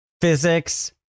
physics